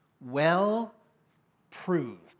Well-proved